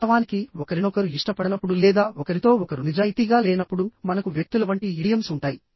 వాస్తవానికి ఒకరినొకరు ఇష్టపడనప్పుడు లేదా ఒకరితో ఒకరు నిజాయితీగా లేనప్పుడు మనకు వ్యక్తుల వంటి ఇడియమ్స్ ఉంటాయి